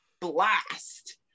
blast